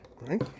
Right